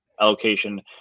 Allocation